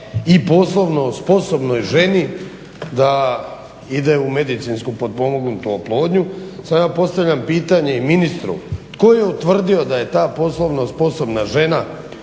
i poslovno sposobnoj ženi da ide u medicinski pomognutu oplodnju. Sad ja postavljam pitanje ministru, tko je utvrdio da je ta poslovna sposobna žena